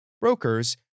brokers